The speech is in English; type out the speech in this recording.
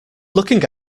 looking